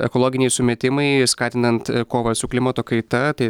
ekologiniai sumetimai skatinant kovą su klimato kaita tai